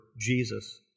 Jesus